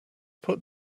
put